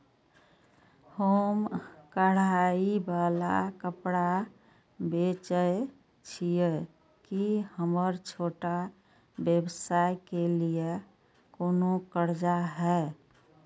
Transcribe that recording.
हम कढ़ाई वाला कपड़ा बेचय छिये, की हमर छोटा व्यवसाय के लिये कोनो कर्जा है?